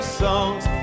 songs